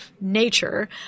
Nature